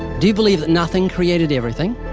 do you believe that nothing created everything?